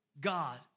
God